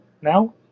now